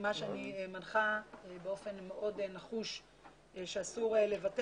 מה שאני מנחה באופן מאוד נחוש שאסור לוותר.